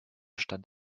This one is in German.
stand